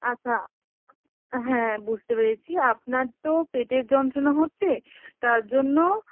আচ্ছা হ্যাঁ বুঝতে পেরেছি আপনার তো পেটের যন্ত্রণা হচ্ছে তার জন্য